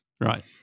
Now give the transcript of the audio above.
Right